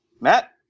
Matt